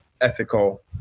ethical